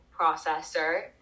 processor